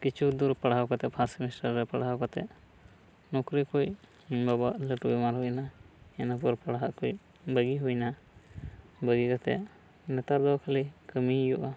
ᱠᱤᱪᱷᱩ ᱫᱩᱨ ᱯᱟᱲᱦᱟᱣ ᱠᱟᱛᱮ ᱯᱷᱟᱥ ᱥᱮᱢᱤᱥᱴᱟᱨ ᱨᱮ ᱯᱲᱟᱦᱟᱣ ᱠᱟᱛᱮᱫ ᱱᱚᱠᱨᱤ ᱠᱩᱪ ᱤᱧ ᱵᱟᱵᱟᱣᱟᱜ ᱞᱟᱹᱴᱩ ᱵᱮᱢᱟᱨ ᱦᱩᱭᱮᱱᱟ ᱤᱱᱟᱹ ᱯᱚᱨ ᱯᱟᱲᱦᱟᱜ ᱠᱚ ᱵᱟᱹᱜᱤ ᱦᱩᱭ ᱮᱱᱟ ᱵᱟᱹᱜᱤ ᱠᱟᱛᱮᱫ ᱱᱮᱛᱟᱨ ᱫᱚ ᱠᱷᱟᱹᱞᱤ ᱠᱟᱹᱢᱤ ᱦᱩᱭᱩᱜᱼᱟ